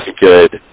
good